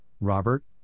Robert